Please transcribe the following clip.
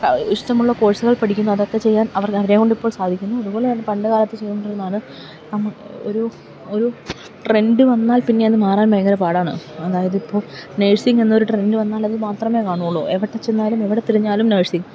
ഇഷ്ടമുള്ള കോഴ്സുകൾ പഠിക്കുന്നു അതൊക്കെ ചെയ്യാൻ അവർക്ക് അവരെക്കൊണ്ടിപ്പോൾ സാധിക്കുന്നു അതുപോലെ തന്നെ പണ്ടു കാലത്ത് ചെയ്തുകൊണ്ടിരുന്നതാണ് ഒരു ഒരു ട്രെൻഡ് വന്നാൽ പിന്നെ അതു മാറാൻ ഭയങ്കര പാടാണ് അതായതിപ്പോള് നേഴ്സിംഗ് എന്ന ഒരു ട്രെൻഡ് വന്നാൽ അതു മാത്രമേ കാണുകയുള്ളൂ എവിടെ ചെന്നാലും എവിടെ തിരഞ്ഞാലും നേഴ്സിംഗ്